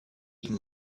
even